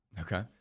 Okay